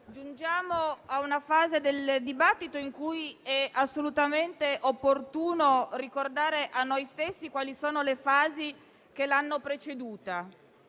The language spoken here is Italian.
giungiamo a una fase del dibattito in cui è assolutamente opportuno ricordare a noi stessi quali sono le fasi che l'hanno preceduta.